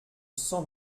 cent